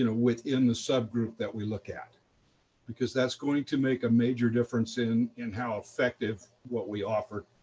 and within the subgroup that we look at because that's going to make a major difference in and how effective what we offer